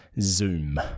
Zoom